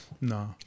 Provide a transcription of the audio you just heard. No